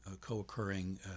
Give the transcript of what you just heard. co-occurring